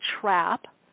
trap